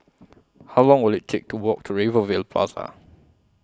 How Long Will IT Take to Walk to Rivervale Plaza